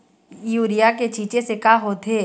Urea के छींचे से का होथे?